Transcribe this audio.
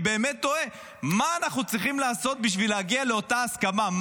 אני באמת תוהה מה אנחנו צריכים לעשות בשביל להגיע לאותה הסכמה?